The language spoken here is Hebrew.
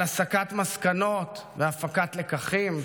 על הסקת מסקנות והפקת לקחים,